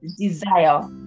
desire